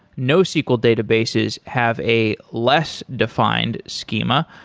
nosql databases have a less defined schema.